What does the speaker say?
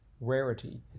rarity